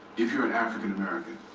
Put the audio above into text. if you're an african-american,